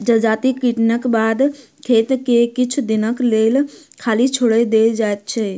जजाति कटनीक बाद खेत के किछु दिनक लेल खाली छोएड़ देल जाइत छै